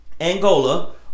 angola